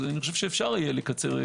אני חושב שאפשר לקצר,